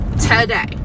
today